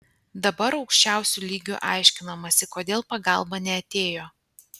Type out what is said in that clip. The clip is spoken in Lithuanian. dabar aukščiausiu lygiu aiškinamasi kodėl pagalba neatėjo